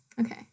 Okay